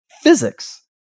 physics